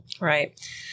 right